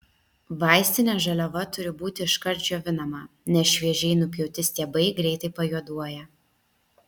vaistinė žaliava turi būti iškart džiovinama nes šviežiai nupjauti stiebai greitai pajuoduoja